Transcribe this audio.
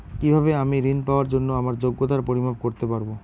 কিভাবে আমি ঋন পাওয়ার জন্য আমার যোগ্যতার পরিমাপ করতে পারব?